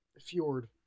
Fjord